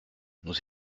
nous